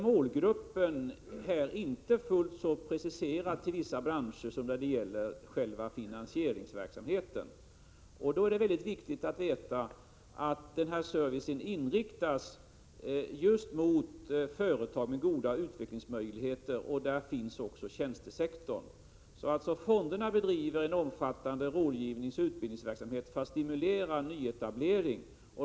Målgruppen är inte fullt så preciserad till vissa branscher som när det gäller själva finansieringsverksamheten. Det är då viktigt att veta att denna service inriktas just mot företag med goda utvecklingsmöjligheter, och där finns också tjänstesektorn. Fonderna bedriver alltså en omfattande rådgivningsoch utbildningsverksamhet för att stimulera nyetablering.